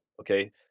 Okay